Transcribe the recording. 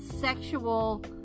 sexual